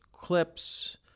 clips